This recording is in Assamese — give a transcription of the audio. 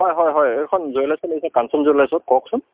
হয় হয় হয় এইখন জুৱেলাৰ্চত লাগিছে কাঞ্চন জুৱেলাৰ্চত কওকচোন